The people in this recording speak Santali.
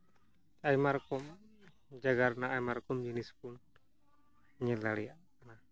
ᱟᱭᱢᱟ ᱨᱚᱠᱚᱢᱟᱜ ᱡᱟᱭᱜᱟ ᱨᱮᱱᱟᱜ ᱟᱭᱢᱟ ᱨᱚᱠᱚᱢ ᱡᱤᱱᱤᱥ ᱵᱚᱱ ᱧᱮᱞ ᱫᱟᱲᱮᱭᱟᱜ ᱠᱟᱱᱟ